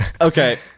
Okay